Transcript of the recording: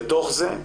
בתוך זה,